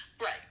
Right